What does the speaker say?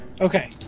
Okay